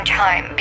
time